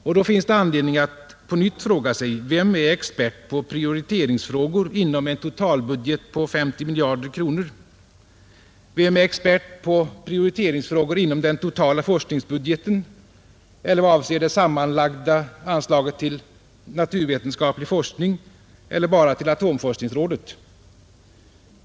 Och då finns det anledning att på nytt fråga sig: Vem är expert på prioriteringsfrågor inom en totalbudget på 50 miljarder kronor? Vem är expert på prioriteringsfrågor inom den totala forskningsbudgeten eller vad avser det sammanlagda anslaget till naturvetenskaplig forskning eller bara till atomforskningsrådet?